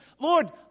Lord